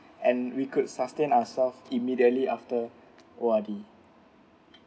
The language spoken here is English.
and we could sustain ourselves immediately after O_R_D